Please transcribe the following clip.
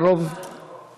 אתה לא שמעת אותי.